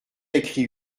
écrit